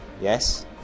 yes